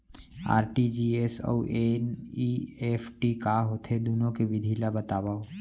RTGS अऊ NEFT का होथे, दुनो के विधि ला बतावव